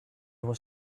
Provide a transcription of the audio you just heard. was